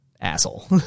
asshole